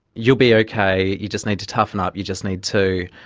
you'll be okay, you just need to toughen up, you just need to